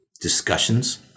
discussions